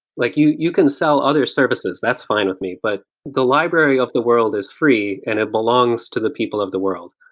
like you you can sell other services, that's fine with me, but the library of the world is free and it belongs to the people of the world.